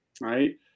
Right